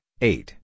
eight